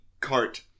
Cart